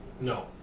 No